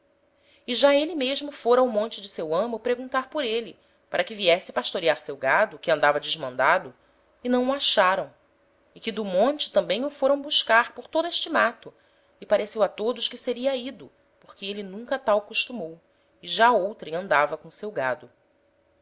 e já êle mesmo fôra ao monte de seu amo preguntar por êle para que viesse pastorear seu gado que andava desmandado e não o acharam e que do monte tambem o foram buscar por todo este mato e pareceu a todos que seria ido porque êle nunca tal costumou e já outrem andava com o seu gado